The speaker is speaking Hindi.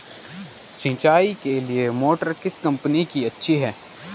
सिंचाई के लिए मोटर किस कंपनी की अच्छी है?